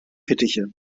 fittiche